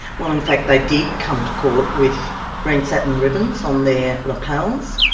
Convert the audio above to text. well in fact they did come to court with green satin ribbons on their lapels,